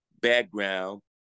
background